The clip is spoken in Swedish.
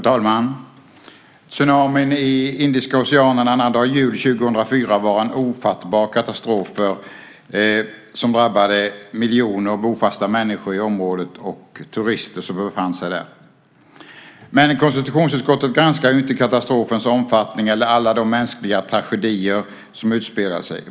Fru talman! Tsunamin i Indiska Oceanen annandag jul 2004 var en ofattbar katastrof som drabbade miljoner bofasta människor i området och turister som befann sig där. Men konstitutionsutskottet granskar inte katastrofens omfattning eller alla de mänskliga tragedier som utspelade sig.